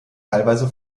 teilweise